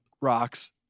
rocks